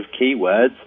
keywords